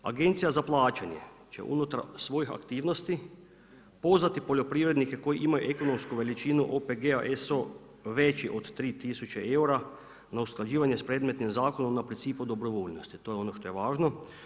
Agencija za plaćanje će unutar svojih aktivnosti pozvati poljoprivrednike koji imaju ekonomsku veličinu OPG-a SO veći od 3 tisuće eura na usklađivanje sa predmetnim zakonom na principu dobrovoljnosti, to je ono što je važno.